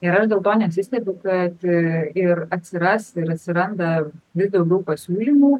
ir aš dėl to nesistebiu kad ir atsiras ir atsiranda vis daugiau pasiūlymų